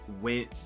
went